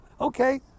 okay